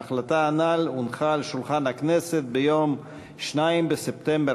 ההחלטה הנ"ל הונחה על שולחן הכנסת ביום 2 בספטמבר